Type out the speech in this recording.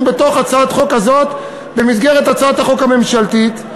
בהצעת החוק הזאת במסגרת הצעת החוק הממשלתית.